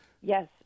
Yes